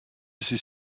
suis